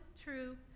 true